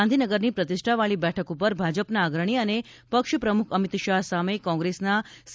ગાંધીનગરની પ્રતિષ્ઠાવાળી બેઠક પર ભાજપના અગ્રણી અને પક્ષ પ્રમ્રખ અમીત શાહ સામે કોંગ્રેસના સી